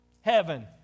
heaven